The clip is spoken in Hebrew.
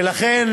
ולכן,